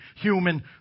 human